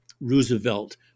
Roosevelt